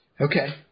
Okay